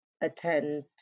attend